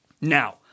Now